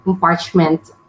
parchment